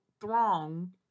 throng